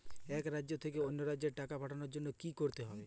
এক রাজ্য থেকে অন্য রাজ্যে টাকা পাঠানোর জন্য কী করতে হবে?